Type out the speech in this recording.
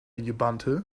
ubuntu